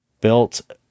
built